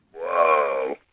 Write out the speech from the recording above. Whoa